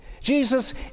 Jesus